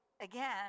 again